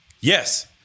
Yes